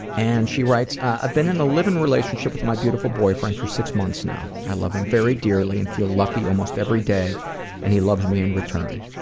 and she writes i've been in a live-in relationship with my beautiful boyfriend for six months now, i love him very dearly and feel lucky almost every day and he loves me in return.